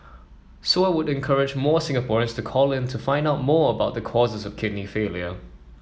so I would encourage more Singaporeans to call in to find out more about the causes of kidney failure